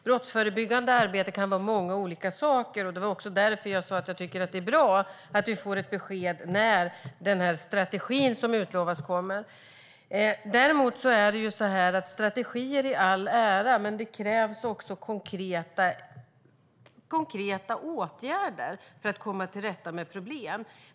Brottsförebyggande arbete kan vara många olika saker, och det var också därför jag sa att jag tycker att det är bra att vi får ett besked om när strategin som har utlovats ska komma. Strategier i all ära, men det krävs också konkreta åtgärder för att komma till rätta med problem.